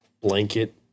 blanket